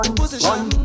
position